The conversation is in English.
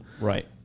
Right